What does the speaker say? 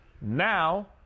Now